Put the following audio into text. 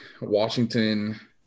Washington